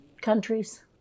countries